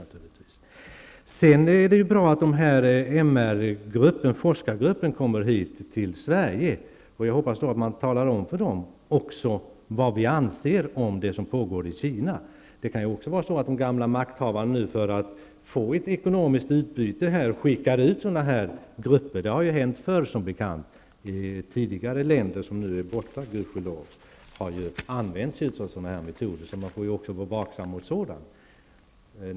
Det är bra att den här MR-gruppen, den här forskargruppen, kommer hit till Sverige, och jag hoppas att regeringen talar om för gruppen vad vi anser om det som pågår i Kina. Det kan ju också vara så att de gamla makthavarna för att få till stånd ett ekonomiskt utbyte skickar ut sådana här grupper. Det har ju som bekant hänt förr. Tidigare existerande länder, som nu är borta, gudskelov, har ju använt sig av sådana här metoder, så man måste därför vara vaksam mot sådant.